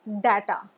data